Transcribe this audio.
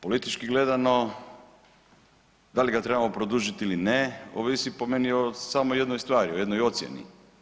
Politički gledano da li ga trebamo produžili ili ne ovisi po meni o samo jednoj stvari o jednoj ocjeni.